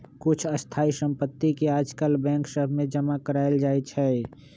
कुछ स्थाइ सम्पति के याजकाल बैंक सभ में जमा करायल जाइ छइ